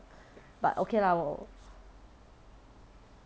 but okay lah